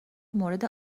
مورد